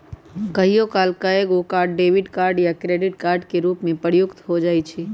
कहियो काल एकेगो कार्ड डेबिट कार्ड आ क्रेडिट कार्ड के रूप में प्रयुक्त हो जाइ छइ